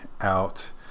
out